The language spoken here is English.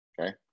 okay